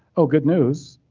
oh, good news.